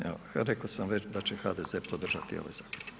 Evo, reko sam već da će HDZ podržati ovaj zakon.